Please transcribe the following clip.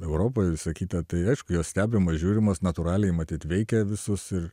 europoje visa kita tai aišku jos stebimas žiūrimas natūraliai matyt veikia visus ir